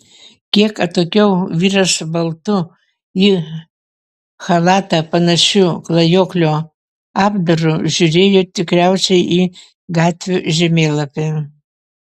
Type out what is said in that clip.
kiek atokiau vyras baltu į chalatą panašiu klajoklio apdaru žiūrėjo tikriausiai į gatvių žemėlapį